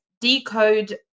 decode